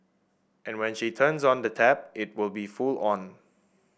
and when she turns on the tap it will be full on